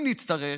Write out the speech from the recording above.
אם נצטרך,